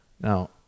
Now